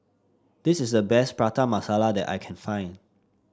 this is the best Prata Masala that I can find